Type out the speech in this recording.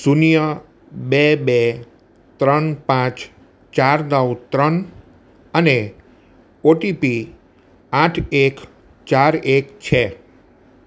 શૂન્ય બે બે ત્રણ પાંચ ચાર નવ ત્રણ અને ઓટીપી આઠ એક ચાર એક છે